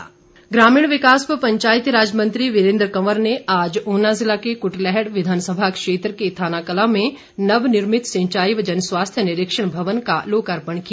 वीरेन्द्र कंवर ग्रमीण विकास व पंचायतीराज मंत्री वीरेन्द्र कंवर ने आज ऊना जिला के क्टलैहड विधानसभा क्षेत्र के थानाकलां में नवनर्मित सिंचाई व जनस्वास्थ्य निरीक्षण भवन का लोकार्पण किया